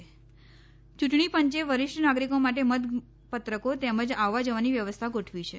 યૂંટણી ાં ચે વરિષ્ઠ નાગરિકો માટે મતા ત્રકો તેમા આવવા ા વાની વ્યવસ્થા ગોઠવી છે